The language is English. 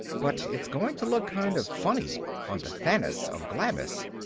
but it's going to look kind of funny on the thaness of glamis.